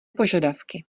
požadavky